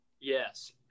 Yes